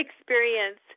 experience